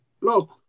Look